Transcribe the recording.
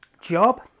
job